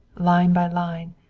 line by line,